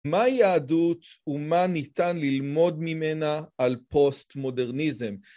מהי יהדות, ומה ניתן ללמוד ממנה על פוסט-מודרניזם.